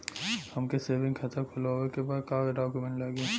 हमके सेविंग खाता खोलवावे के बा का डॉक्यूमेंट लागी?